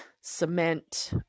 cement